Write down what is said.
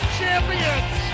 champions